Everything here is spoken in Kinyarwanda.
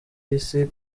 isi